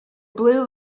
blue